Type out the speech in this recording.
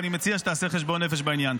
אני מציע שתעשה חשבון נפש בעניין.